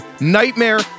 Nightmare